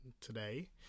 today